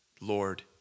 Lord